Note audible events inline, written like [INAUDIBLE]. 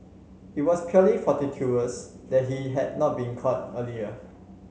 it was purely [UNINTELLIGIBLE] that he had not been caught earlier